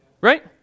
right